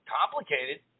complicated